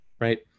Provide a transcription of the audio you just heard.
right